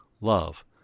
love